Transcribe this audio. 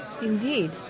Indeed